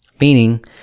Meaning